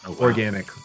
organic